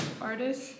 artist